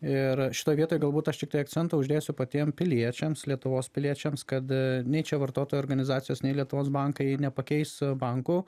ir šitoj vietoj galbūt aš tiktai akcentą uždėsiu patiem piliečiams lietuvos piliečiams kad nei čia vartotojų organizacijos nei lietuvos bankai nepakeis bankų